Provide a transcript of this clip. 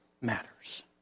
matters